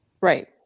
Right